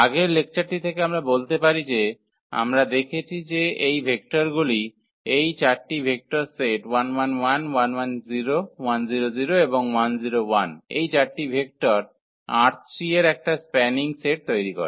আগের লেকচারটি থেকে আমরা বলতে পারি যে আমরা দেখেছি যে এই ভেক্টর গুলি এই চারটি ভেক্টরের সেট এবং এই চারটি ভেক্টর ℝ3 এর একটা স্প্যানিং সেট তৈরি করে